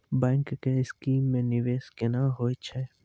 Bank के scheme मे निवेश केना होय छै?